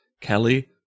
kelly